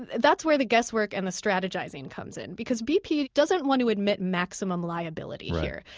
that's where the guess work and the strategizing comes in, because bp doesn't want to admit maximum liability here.